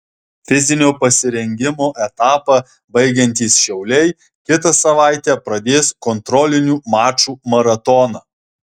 fizinio pasirengimo etapą baigiantys šiauliai kitą savaitę pradės kontrolinių mačų maratoną